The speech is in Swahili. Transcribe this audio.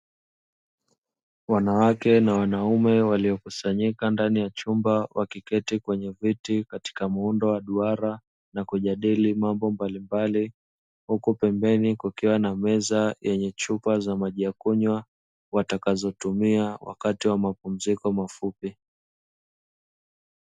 Wanawake na wanaume walio kusanyika ndani ya chumba, wakiketi kwenye viti katika muundo wa duara na kujadili mambo balimbali, huku pembeni kukiwa na meza yenye chupa za maji ya kunywa, watakazo tumia wakati wa mapunziko mafupi.